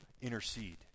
intercede